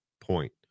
point